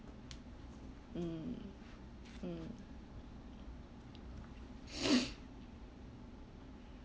mm mm